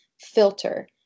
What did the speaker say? filter